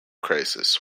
crisis